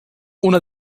una